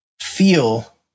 feel